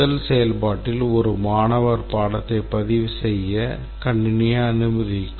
முதல் செயல்பாட்டில் ஒரு மாணவர் பாடத்தை பதிவு செய்ய கணினி அனுமதிக்கும்